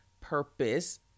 purpose